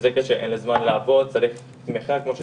אין לי זמן לעבוד, צריך תמיכה כמו שצריך,